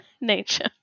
nature